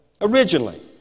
Originally